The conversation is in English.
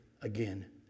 again